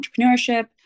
entrepreneurship